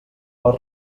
les